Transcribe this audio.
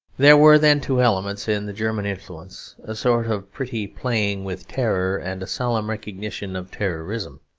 there were, then, two elements in the german influence a sort of pretty playing with terror and a solemn recognition of terrorism.